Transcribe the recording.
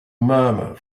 murmur